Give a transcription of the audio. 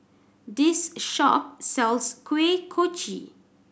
this shop sells Kuih Kochi